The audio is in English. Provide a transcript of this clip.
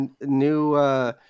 new